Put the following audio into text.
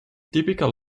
typical